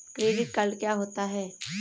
Credit card क्या होता है?